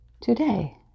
today